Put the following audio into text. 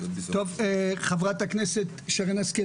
חברת הכנסת שרן השכל,